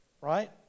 right